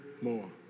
more